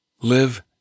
Live